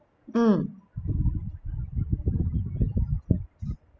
mm